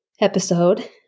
episode